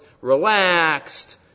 relaxed